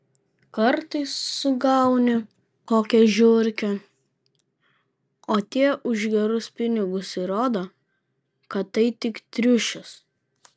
kartais sugauni kokią žiurkę o tie už gerus pinigus įrodo kad tai tik triušis